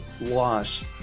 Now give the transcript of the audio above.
Loss